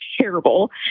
terrible